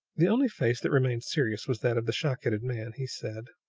the only face that remained serious was that of the shock-headed man. he said